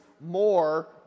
more